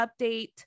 update